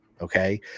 okay